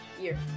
Year